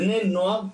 בני נוער,